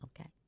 okay